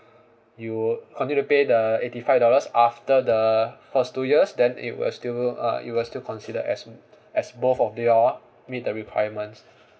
you would continue to pay the eighty five dollars after the first two years then it will still uh it will still consider as as both of you all meet the requirements